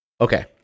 Okay